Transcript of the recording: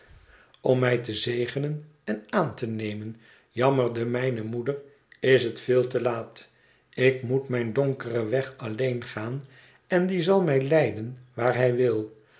om mij te zegenon en aan te nemen jammerde mijne moeder is het veel te laat ik moet mijn donkeren weg alleen gaan en die zal mij leiden waar hij wil